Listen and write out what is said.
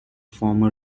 former